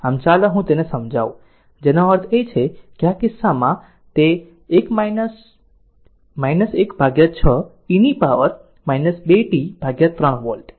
આમ ચાલો હું તેને સમજાવું જેથી તેનો અર્થ એ કે આ કિસ્સામાં તે હશે 16 e પાવર 2 t 3 વોલ્ટ